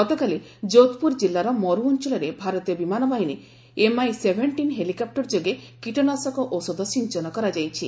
ଗତକାଲି ଯୋଧପୁର ଜିଲ୍ଲାର ମରୁ ଅଞ୍ଚଳରେ ଭାରତୀୟ ବିମାନବାହିନୀର ଏମ୍ଆଇ ସେଭେନ୍ଟିନ୍ ହେଲିକପୁର ଯୋଗେ କୀଟନାଶକ ଔଷଧ ସିଞ୍ଚନ କରାଯାଇଛି